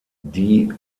die